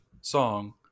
song